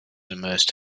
immersed